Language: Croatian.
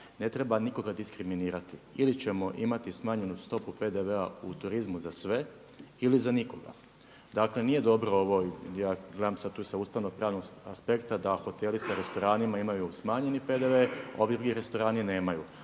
ne treba nikoga diskriminirati. Ili ćemo imati smanjenju stopu PDV-a u turizmu za sve ili za nikoga. Dakle nije dobro ovo, ja gledam sada tu sa ustavnopravnog aspekta da hoteli sa restoranima imaju smanjeni PDV a ovi gdje restorani nemaju.